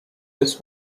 this